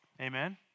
Amen